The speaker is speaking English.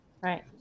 right